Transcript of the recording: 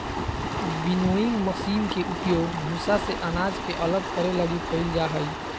winnowing machine के उपयोग भूसा से अनाज के अलग करे लगी कईल जा हइ